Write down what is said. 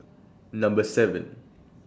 Number seven